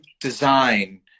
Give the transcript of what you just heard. design